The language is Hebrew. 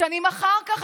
ושנים אחר כך,